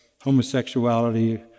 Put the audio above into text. homosexuality